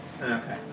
Okay